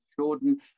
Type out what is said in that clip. Jordan